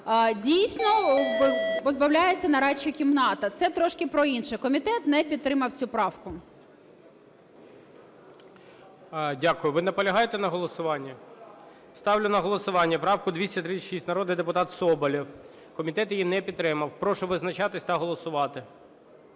Дійсно, позбавляється нарадча кімната. Це трошки про інше. Комітет не підтримав цю правку. ГОЛОВУЮЧИЙ. Дякую. Ви наполягаєте на голосуванні? Ставлю на голосування правку 236, народний депутат Соболєв. Комітет її не підтримав. Прошу визначатися та голосувати.